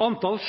Antall